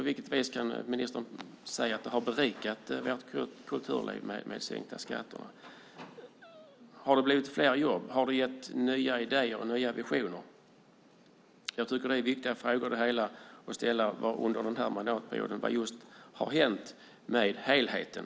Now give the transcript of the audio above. På vilket vis har sänkta skatter berikat vårt kulturliv? Har det blivit fler jobb? Har det gett nya idéer och visioner? Jag tycker att det är viktiga frågor att ställa när det gäller det som hänt med helheten under mandatperioden.